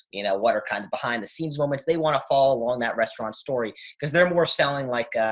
you know, what are kinds of behind the scenes moments they want to follow along that restaurant story cause they're more selling like